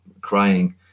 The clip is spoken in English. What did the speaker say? crying